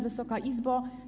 Wysoka Izbo!